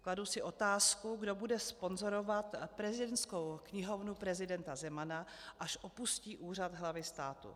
Kladu si otázku, kdo bude sponzorovat prezidentskou knihovnu prezidenta Zemana, až opustí úřad hlavy státu.